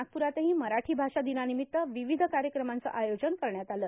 नागपुरातही मराठी भाषा दिनानिमित्त विविध कार्यक्रमांचं आयोजन करण्यात आलं